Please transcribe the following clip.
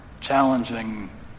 challenging